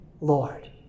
Lord